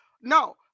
No